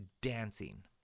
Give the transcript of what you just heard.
dancing